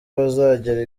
bazagera